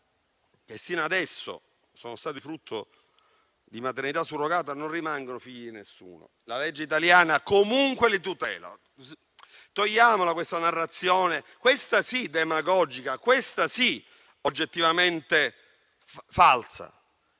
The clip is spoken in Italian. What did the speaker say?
che fino adesso sono stati frutto di maternità surrogata, non rimangono figli di nessuno: la legge italiana, comunque, li tutela. Togliamo questa narrazione, questa sì demagogica e oggettivamente falsa.